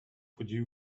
подій